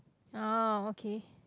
ah okay